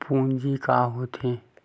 पूंजी का होथे?